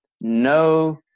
no